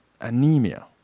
anemia